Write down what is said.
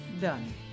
done